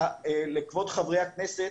כבוד חברי הכנסת,